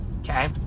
Okay